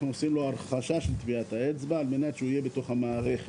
אנחנו עושים לו המחשה של טביעת האצבע על מנת שהוא יהיה בתוך המערכת.